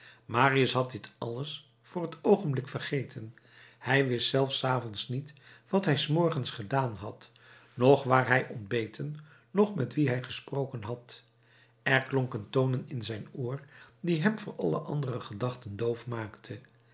marius had dit alles voor het oogenblik vergeten hij wist zelfs s avonds niet wat hij s morgens gedaan had noch waar hij ontbeten noch met wie hij gesproken had er klonken tonen in zijn oor die hem voor alle andere gedachten doof maakten